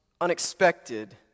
unexpected